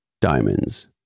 diamonds